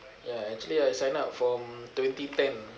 ya actually I sign up from twenty ten